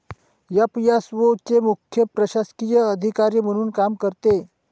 FAO चे मुख्य प्रशासकीय अधिकारी म्हणून काम करते